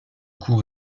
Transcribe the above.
cour